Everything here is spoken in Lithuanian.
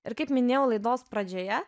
ir kaip minėjau laidos pradžioje